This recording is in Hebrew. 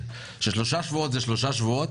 שלושה שבועות זה שלושה שבועות.